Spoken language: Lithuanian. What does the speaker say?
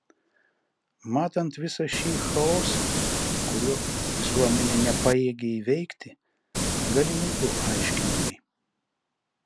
matant visą šį chaosą kurio visuomenė nepajėgia įveikti galimi du aiškinimai